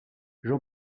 jean